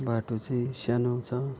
बाटो चाहिँ सानो छ